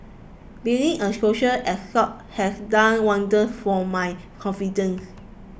being a social escort has done wonders for my confidence